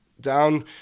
down